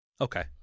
okay